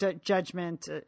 judgment